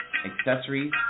accessories